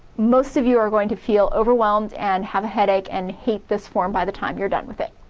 most of you are going to feel overwhelmed and have a headache and hate this form by the time you're done with it.